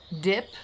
dip